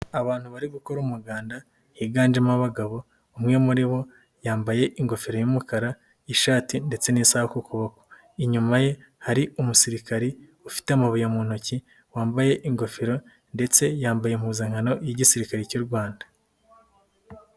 Abantu bari gukora umuganda higanjemo abagabo umwe muri bo yambaye ingofero y'umukara, ishati ndetse n'isaha ku kuboko, inyuma ye hari umusirikare ufite amabuye mu ntoki wambaye ingofero ndetse yambaye impuzankano y'igisirikare cy'u Rwanda.